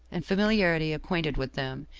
and familiarity acquainted with them,